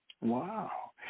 Wow